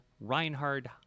Reinhard